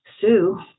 Sue